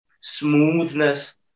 smoothness